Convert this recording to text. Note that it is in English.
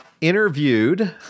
interviewed